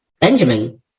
Benjamin